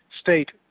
state